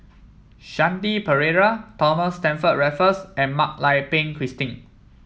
Shanti Pereira Thomas Stamford Raffles and Mak Lai Peng Christine